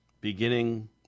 beginning